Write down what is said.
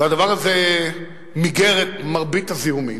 והדבר הזה מיגר את מרבית הזיהומים,